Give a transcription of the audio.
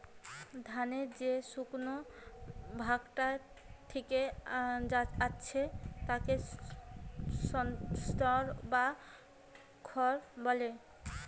ধানের যে শুকনো ভাগটা থিকে যাচ্ছে তাকে স্ত্রও বা খড় বলে